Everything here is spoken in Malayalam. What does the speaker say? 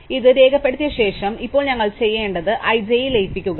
അതിനാൽ ഇത് രേഖപ്പെടുത്തിയ ശേഷം ഇപ്പോൾ ഞങ്ങൾ ചെയ്യേണ്ടതുണ്ട് i j യിൽ ലയിപ്പിക്കുക